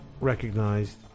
recognized